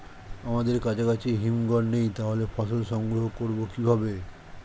আমাদের কাছাকাছি হিমঘর নেই তাহলে ফসল সংগ্রহ করবো কিভাবে?